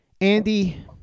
Andy